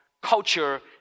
culture